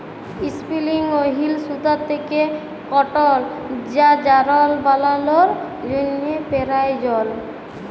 ইসপিলিং wheel সুতা থ্যাকে কটল বা যারল বালালোর জ্যনহে পেরায়জল